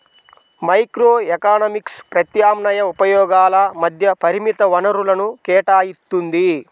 microeconomics ప్రత్యామ్నాయ ఉపయోగాల మధ్య పరిమిత వనరులను కేటాయిత్తుంది